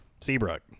Seabrook